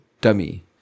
dummy